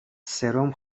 سرم